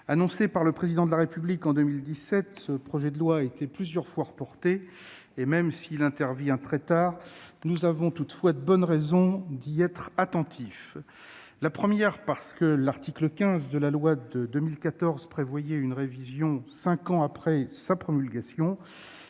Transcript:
annoncé par le Président de la République en 2017, ce projet de loi a été plusieurs fois reporté. Même s'il intervient très tard, nous avons de bonnes raisons d'y être attentifs. Premièrement, l'article 15 de la loi de 2014 prévoyait une révision cinq ans après sa promulgation.